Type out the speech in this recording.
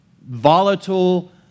volatile